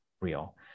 real